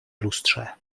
lustrze